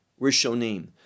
rishonim